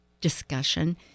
discussion